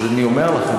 אז אני אומר לך,